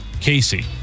Casey